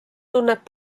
tunneb